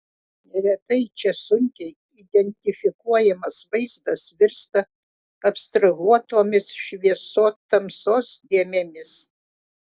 neretai čia sunkiai identifikuojamas vaizdas virsta abstrahuotomis šviesotamsos dėmėmis